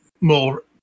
more